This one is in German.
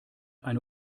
eine